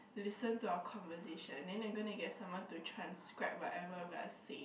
listen to our conversation then they are gonna get someone to transcript whatever we are saying